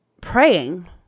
praying